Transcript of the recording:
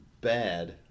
bad